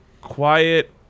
quiet